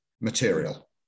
material